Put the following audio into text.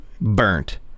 burnt